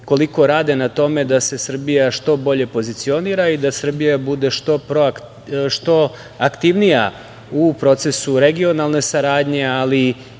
koliko rade na tome da se Srbija što bolje pozicionira i da Srbija bude što aktivnija u procesu regionalne saradnje, ali i